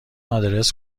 آدرس